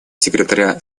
секретаря